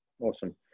awesome